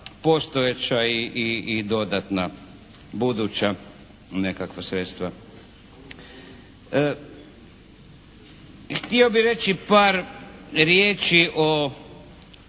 postojeća i dodatna, buduća nekakva sredstva. Htio bi reći par riječi o